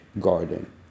garden